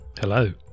Hello